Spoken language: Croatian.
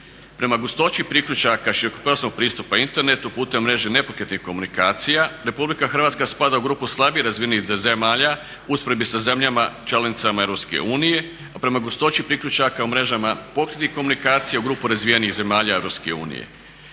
Prema gustoći priključaka širokopojasnog pristupa internetu putem mreže nepokretnih komunikacija RH spada u grupu slabije razvijenih zemalja u usporedbi sa zemljama članicama EU, a prema gustoći priključaka u mrežama pokretnih komunikacija u grupu razvijenijih zemalja EU.